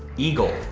eagle.